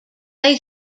they